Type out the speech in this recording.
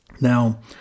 Now